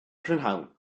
prynhawn